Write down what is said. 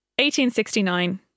1869